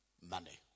Money